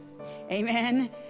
Amen